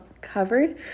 covered